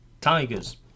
Tigers